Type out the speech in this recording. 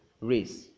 race